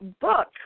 book